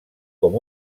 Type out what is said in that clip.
com